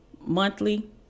monthly